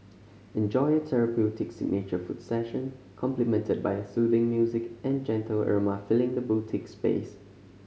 enjoy a therapeutic signature foot session complimented by the soothing music and gentle aroma filling the boutique space